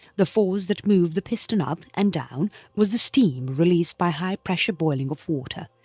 the force that moved the piston up and down was the steam released by high pressure boiling of water.